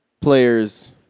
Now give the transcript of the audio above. players